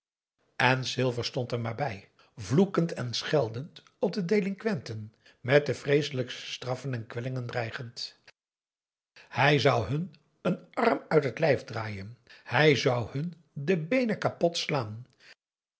en silver stond er maar bij vloekend en scheldend op de delinquenten met de vreeselijkste straffen en kwellingen dreigend aum boe akar eel ij zou hun een arm uit het lijf draaien hij zou hun de beenen kapot slaan